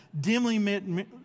dimly